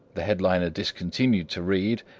the headliner discontinued to read,